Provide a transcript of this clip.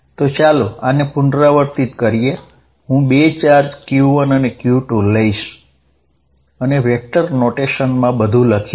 તો ચાલો આને પુનરાવર્તિત કરીએ હું બે ચાર્જ q1 અને q2 લઈશ અને વેક્ટર નોટેશનમાં બધું લખીશ